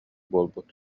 буолбут